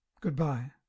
Goodbye